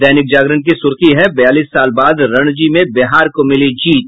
दैनिक जागरण की सुर्खी है बयालीस साल बाद रणजी में बिहार को मिली जीत